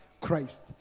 Christ